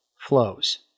flows